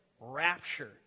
rapture